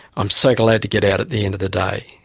i'm so glad to get out at the end of the day.